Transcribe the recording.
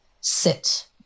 sit